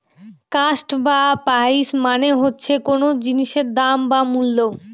cost বা price মানে হচ্ছে কোন জিনিসের দাম বা মূল্য